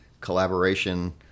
collaboration